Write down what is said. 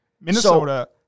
Minnesota